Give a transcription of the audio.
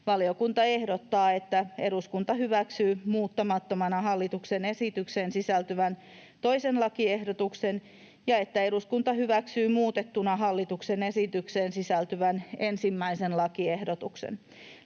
Valiokunta ehdottaa, että eduskunta hyväksyy muuttamattomana hallituksen esitykseen sisältyvän 2. lakiehdotuksen ja että eduskunta hyväksyy muutettuna hallituksen esitykseen sisältyvän 1. lakiehdotuksen.